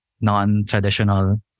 non-traditional